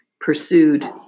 pursued